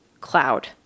cloud